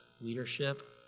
leadership